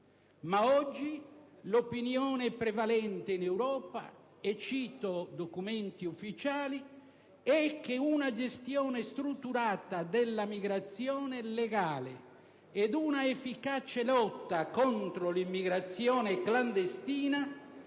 però, l'opinione prevalente in Europa - e cito documenti ufficiali - è che una gestione strutturata della migrazione legale ed una efficace lotta contro l'immigrazione clandestina